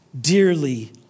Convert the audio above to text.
dearly